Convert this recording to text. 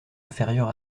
inférieur